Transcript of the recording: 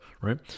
right